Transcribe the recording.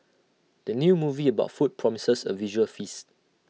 the new movie about food promises A visual feast